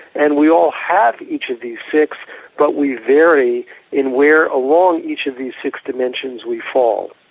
and we all have each of these six but we vary in where along each of these six dimensions we fall.